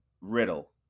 Riddle